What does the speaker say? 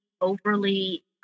overly